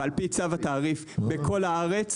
על פי צו התעריף בכל הארץ,